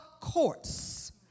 courts